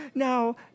Now